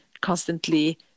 constantly